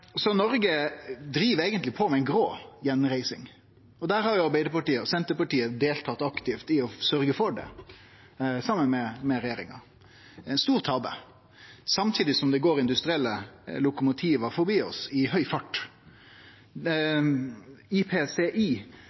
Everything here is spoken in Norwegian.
Noreg driv eigentleg på med ei grå gjenreising. Arbeidarpartiet og Senterpartiet har deltatt aktivt i å sørgje for det saman med regjeringa. Det er ei stor tabbe, samtidig som det går industrielle lokomotiv forbi oss i høg fart.